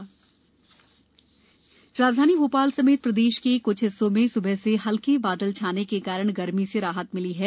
मौसम राजधानी भो ाल समेत प्रदेश के क्छ हिस्सों में सुबह से हल्के बादल छाने के कारण गर्मी से राहत है